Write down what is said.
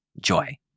joy